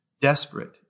desperate